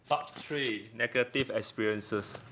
part three negative experiences